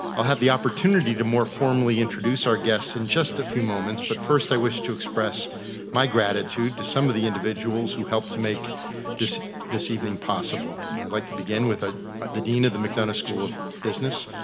i'll have the opportunity to more formally introduce our guests in just a few moments, but first i wish to express my gratitude to some of the individuals who helped to make this this evening possible. and i'd like to begin with the dean of the mcdonough school of business,